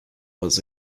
was